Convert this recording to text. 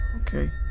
Okay